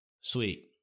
sweet